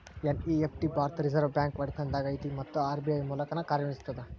NEFT ಭಾರತದ್ Reserve Bank ಒಡೆತನದಾಗ ಐತಿ ಮತ್ತ ಆರ್.ಬಿ.ಐ ಮೂಲಕನ ಕಾರ್ಯನಿರ್ವಹಿಸ್ತದ